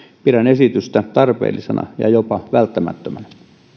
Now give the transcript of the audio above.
pidän esitystä tarpeellisena ja jopa välttämättömänä